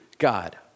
God